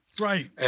Right